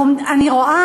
זה חדש?